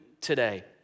today